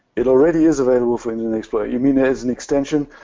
it already is available for internet explorer. you mean as an extension?